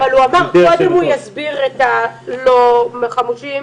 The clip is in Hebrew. הוא אמר שקודם הוא יסביר את הלא חמושים,